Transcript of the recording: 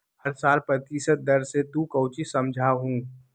हर साल प्रतिशत दर से तू कौचि समझा हूँ